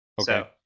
Okay